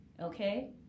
okay